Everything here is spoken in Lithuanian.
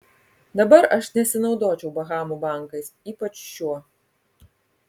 dabar aš nesinaudočiau bahamų bankais ypač šiuo